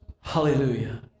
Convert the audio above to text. Hallelujah